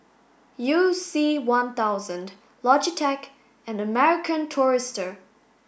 you C one thousand Logitech and American Tourister